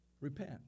Repent